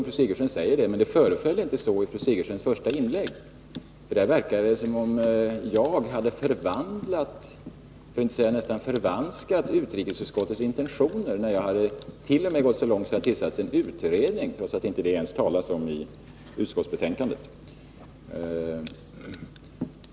Men det föreföll inte så av fru Sigurdsens första inlägg. Av det verkade det som om jag hade förvandlat, för att inte säga nästan förvanskat, utrikesutskottets intentioner, när jag t.o.m. hade gått så långt att jag tillsatt en utredning, trots att det inte ens talats om det i utskottsbetänkandet.